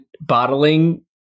bottling